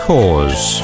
Cause